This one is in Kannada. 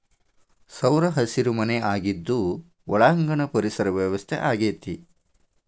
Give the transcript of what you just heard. ಸೌರಹಸಿರು ಮನೆ ಆಗಿದ್ದು ಒಳಾಂಗಣ ಪರಿಸರ ವ್ಯವಸ್ಥೆ ಆಗೆತಿ